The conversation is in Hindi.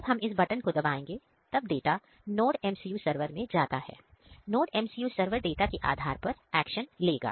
जब हम इस बटन को दबाएंगे तब डाटा NodeMCU सरवर मैं जाता है है NodeMCU सरवर डाटा के आधार पर एक्शन लेगा